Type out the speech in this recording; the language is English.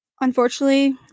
unfortunately